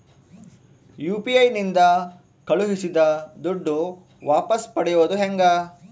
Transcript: UPI ನಿಂದ ಕಳುಹಿಸಿದ ದುಡ್ಡು ವಾಪಸ್ ಪಡೆಯೋದು ಹೆಂಗ?